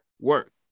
work